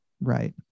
right